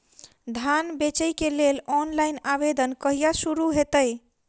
धान बेचै केँ लेल ऑनलाइन आवेदन कहिया शुरू हेतइ?